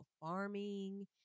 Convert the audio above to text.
farming